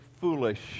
foolish